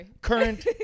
current